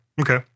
Okay